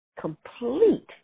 complete